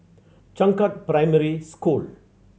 Changkat Primary School